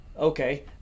Okay